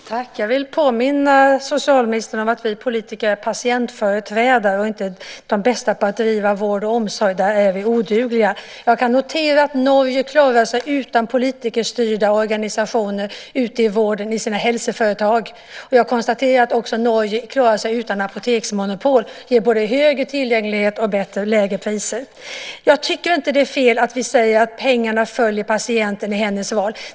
Fru talman! Jag vill påminna socialministern om att vi politiker är patientföreträdare och inte de bästa på att driva vård och omsorg. Där är vi odugliga. Jag kan notera att Norge klarar sig utan politikerstyrda organisationer ute i vården i sina helseföretag. Jag konstaterar att Norge också klarar sig utan apoteksmonopol, vilket ger både högre tillgänglighet och lägre priser. Jag tycker inte att det är fel att vi säger att pengarna följer patienten i hennes val.